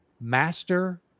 master